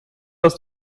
aus